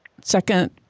second